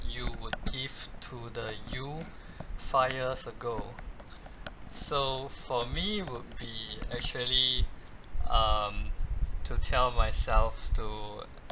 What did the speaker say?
you would give to the you five years ago so for me would be actually um to tell myself to